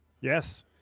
Yes